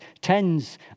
tens